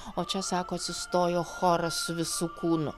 o čia sako atsistojo choras visu kūnu